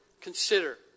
consider